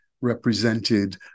represented